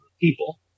people